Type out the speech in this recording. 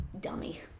dummy